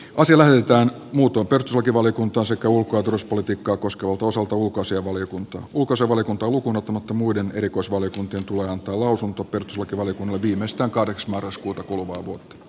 on se vähintään mutuperustuslakivaliokuntaan sekä ulkotuspolitiikkaa koska uutuusutuuko se oli kun puku se oli kanto lukuunottamatta muiden erikoisvaliokuntien tulee antaa lausunto perustuslakivaliokunnalle viimeistään kahdeksas pääministeri kataiselle